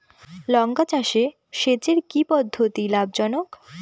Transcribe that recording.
লঙ্কা চাষে সেচের কি পদ্ধতি লাভ জনক?